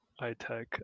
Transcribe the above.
iTech